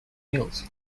mills